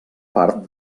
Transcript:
part